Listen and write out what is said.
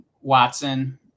Watson